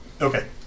Okay